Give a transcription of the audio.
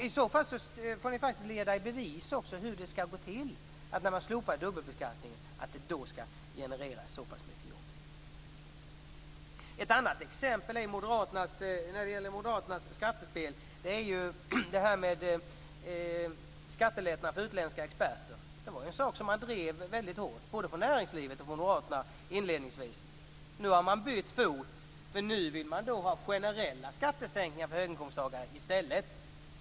I så fall får ni faktiskt också leda i bevis hur det skall gå till att det skall genereras så här många jobb om man slopar dubbelbeskattningen. Ett annat exempel när det gäller moderaternas skattespel är ju det här med skattelättnader för utländska experter. Det var en sak som man drev väldigt hårt både från näringslivets och från moderaternas sida - inledningsvis. Nu har man bytt fot. Nu vill man ha generella skattesänkningar för höginkomsttagare i stället.